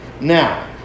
Now